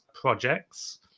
projects